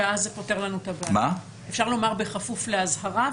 כן, ואז זה פותר את כל הבעיה.